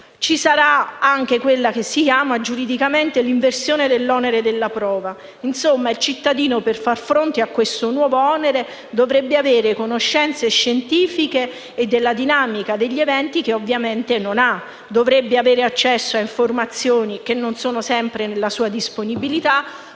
ci sarà anche quella che si chiama giuridicamente l'inversione dell'onere della prova. Insomma il cittadino, per far fronte a questo nuovo onere, dovrebbe avere conoscenze scientifiche e della dinamica degli eventi che ovviamente non ha, dovrebbe avere accesso a informazioni che non sono sempre nella sua disponibilità,